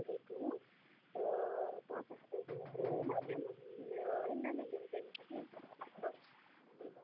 گٔے کٲم تہٕ پانٛژن ہتن یُتھُے مےٚ ترٛٲے نَہ تِمہٕ مےٚ أنۍ نَہ مےٚ تِم گٔے مےٚ وارِیاہ زیادٕ اَصٕل